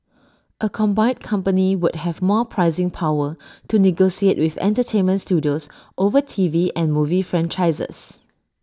A combined company would have more pricing power to negotiate with entertainment studios over T V and movie franchises